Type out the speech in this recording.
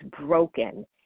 broken